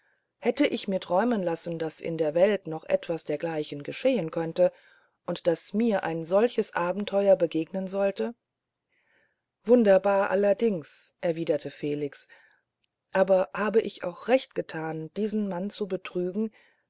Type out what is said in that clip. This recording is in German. hätte ich mir träumen lassen daß in der welt noch etwas dergleichen geschehen könnte und daß mir ein solches abenteuer begegnen sollte wunderbar allerdings erwiderte felix aber habe ich auch recht getan diesen mann zu betrügen